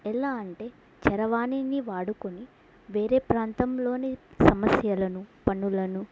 ఎలా అంటే చరవాణిని వాడుకుని వేరే ప్రాంతంలోని సమస్యలను పనులను